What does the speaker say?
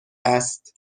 است